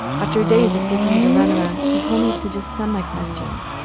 after days of giving me the runaround, he told me to just send my questions.